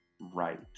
right